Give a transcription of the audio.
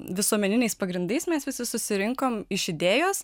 visuomeniniais pagrindais mes visi susirinkom iš idėjos